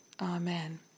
Amen